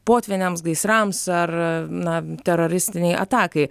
potvyniams gaisrams ar na teroristinei atakai